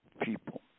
people